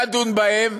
תדון בהן,